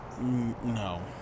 No